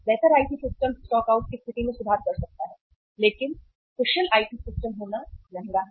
बेहतर IT system stockout की स्थिति में सुधार कर सकता है लेकिन कुशल आईटी सिस्टम होना महंगा है